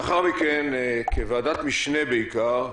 לאחר מכן, כוועדת משנה בעיקר,